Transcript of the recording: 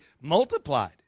multiplied